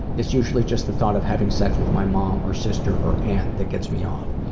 it's usually just the thought of having sex with my mom or sister or aunt that gets me off.